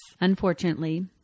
Unfortunately